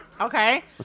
Okay